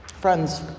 Friends